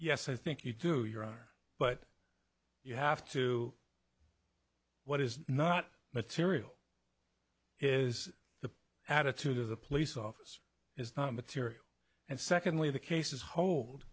yes i think you do your honor but you have to what is not material is the attitude of the police officer is not material and secondly the cases hold